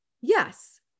yes